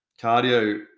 cardio